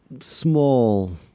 small